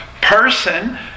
person